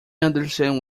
understand